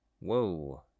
Whoa